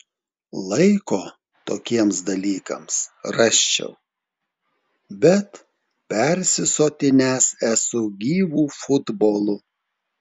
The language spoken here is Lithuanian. laiko tokiems dalykams rasčiau bet persisotinęs esu gyvu futbolu